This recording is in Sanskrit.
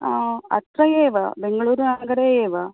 अत्र एव बेङ्गलूरनगरे एव